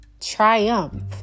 triumph